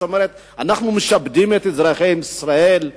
זאת אומרת, אנחנו משעבדים את אזרחי ישראל,